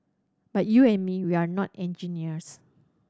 but you and me we're not engineers